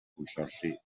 consorci